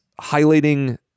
highlighting